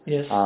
Yes